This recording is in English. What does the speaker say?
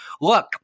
look